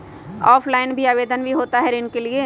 Offline भी आवेदन भी होता है ऋण के लिए?